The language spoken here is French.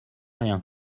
rien